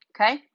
Okay